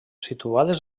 situades